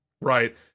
right